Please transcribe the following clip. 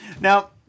Now